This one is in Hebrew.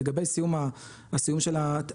לגבי מועדי סיום של הפרויקטים,